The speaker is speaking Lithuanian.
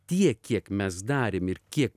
tiek kiek mes darėm ir kiek